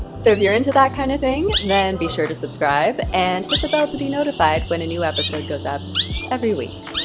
so if you're into that kind of thing, then be sure to subscribe and hit the bell to be notified when a new episode goes up every week!